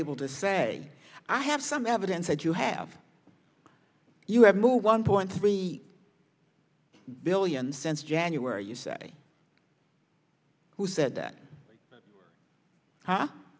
able to say i have some evidence that you have you have moved one point three billion since january you say who said that